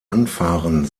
anfahren